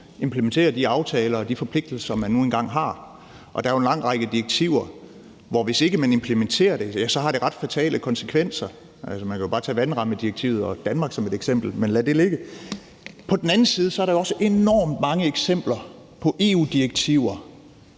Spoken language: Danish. implementere de aftaler og de forpligtelser, man nu engang har. Der er jo en lang række direktiver, hvor det, hvis ikke man implementerer det, har ret fatale konsekvenser. Man kan jo bare tage vandrammedirektivet og Danmark som et eksempel, men lad det ligge. På den anden side er der jo også enormt mange eksempler på EU-direktiver